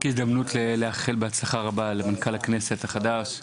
רק הזדמנות לאחל בהצלחה רבה למנכ"ל הכנסת החדש,